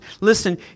listen